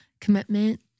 commitment